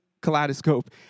Kaleidoscope